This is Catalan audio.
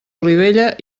olivella